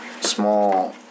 small